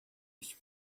este